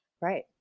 Right